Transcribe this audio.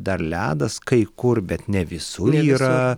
dar ledas kai kur bet ne visur yra